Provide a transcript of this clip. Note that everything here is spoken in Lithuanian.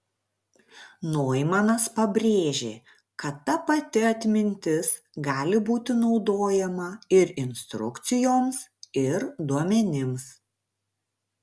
noimanas pabrėžė kad ta pati atmintis gali būti naudojama ir instrukcijoms ir duomenims